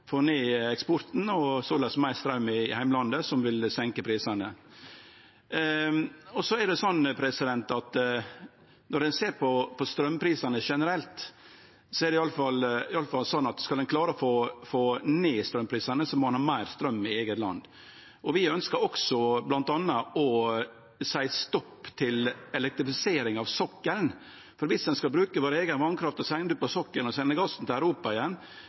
meir straum i heimlandet, noko som vil senke prisane. Når ein ser på straumprisane generelt, er det iallfall slik at skal ein klare å få dei ned, må ein ha meir straum i eige land. Vi ønskjer også bl.a. å seie stopp til elektrifisering av sokkelen, for viss ein skal bruke vår eiga vasskraft, sende ho ut på sokkelen og sende gassen til Europa igjen